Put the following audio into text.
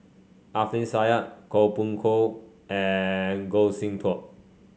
Alfian Sa'at Koh Poh Koon and Goh Sin Tub